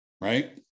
Right